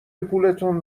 پولتون